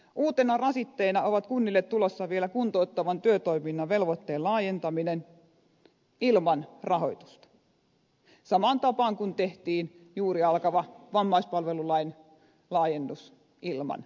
uutena rasitteena on kunnille tulossa vielä kuntouttavan työtoiminnan velvoitteen laajentaminen ilman rahoitusta samaan tapaan kuin tehtiin juuri alkava vammaispalvelulain laajennus ilman rahoitusta